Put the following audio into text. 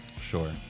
sure